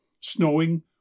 snowing